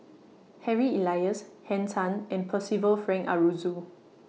Harry Elias Henn Tan and Percival Frank Aroozoo